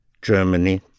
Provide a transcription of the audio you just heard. Germany